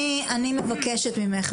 אני מבקשת ממך,